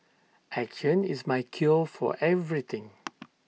action is my cure for everything